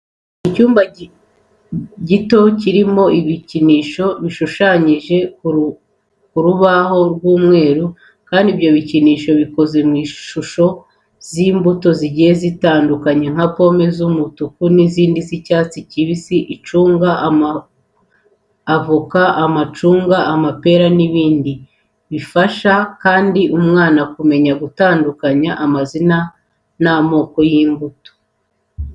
Icyumba gito kirimo ibikinisho bishushanyije ku rubaho rw'umweru kandi ibyo bikinisho bikoze mu ishusho z'imbuto zigiye zitandukanye nka pome z'umutuku n'iz'icyatsi kibisi, icunga, avoka, amacunga, amapera n'ibindi. Bifasha kandi umwana kumenya gutandukanya amazina n'amoko y'imbuto.